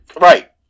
Right